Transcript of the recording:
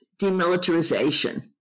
demilitarization